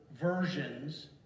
versions